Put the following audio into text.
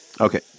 Okay